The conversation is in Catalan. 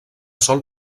sol